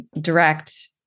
direct